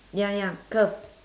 ya ya curve